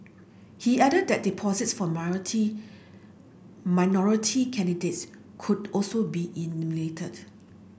he added that deposits for minority candidates could also be eliminated